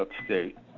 upstate